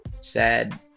sad